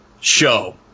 show